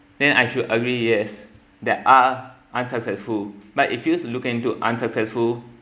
then I should agree yes there are unsuccessful but if you look into unsuccessful